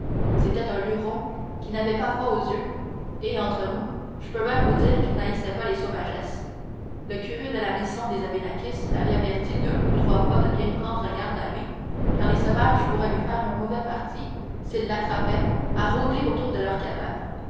c'était un luron qui n'avait pas froid aux yeux et entre nous j'peux bien vous dire qu'il n'haïssait pas les sauvagesses le curé de la mission des abénakis l'avait averti deux ou trois fois de bien prendre garde à lui car les sauvages pourraient lui faire un mauvais parti s'ils l'attrapaient à rôder autour de leurs cabanes